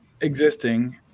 existing